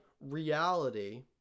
reality